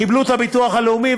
קיבלו את הביטוח הלאומי,